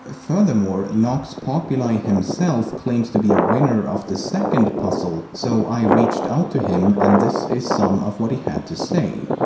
furthermore, nox populi himself claims to be a winner of the second puzzle so i reached out to him and this is some of what he had to say.